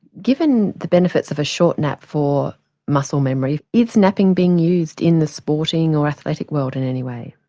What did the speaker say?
given the benefits of a short nap for muscle memory, is napping being used in the sporting or athletic world in any way?